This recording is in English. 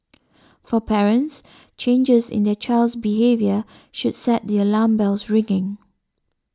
for parents changes in their child's behaviour should set the alarm bells ringing